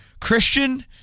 Christian